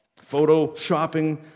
photo-shopping